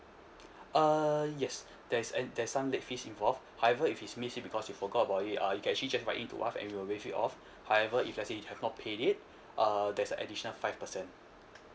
uh yes there's an there's some late fees involved however if you miss it because you forgot about it uh you can actually just write in to us and we'll waive it off however if let's say you have not paid it uh there's a additional five percent